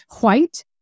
white